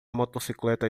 motocicleta